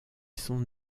sont